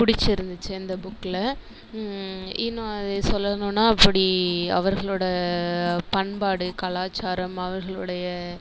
பிடிச்சிருந்துச்சி அந்த புக்கில இன்னும் அதை சொல்லணுன்னா அப்படி அவர்களோட பண்பாடு கலாச்சாரம் அவர்களுடைய